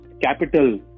capital